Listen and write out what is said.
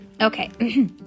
Okay